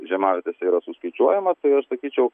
žiemavietėse yra suskaičiuojama tai aš sakyčiau